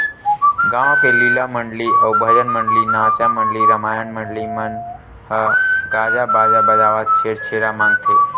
गाँव के लीला मंडली अउ भजन मंडली, नाचा मंडली, रमायन मंडली मन ह गाजा बाजा बजावत छेरछेरा मागथे